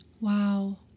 Wow